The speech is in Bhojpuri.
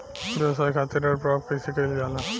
व्यवसाय खातिर ऋण प्राप्त कइसे कइल जाला?